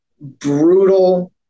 brutal